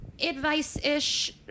advice-ish